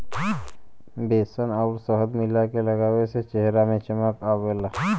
बेसन आउर शहद मिला के लगावे से चेहरा में चमक आवला